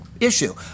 issue